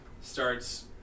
starts